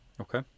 Okay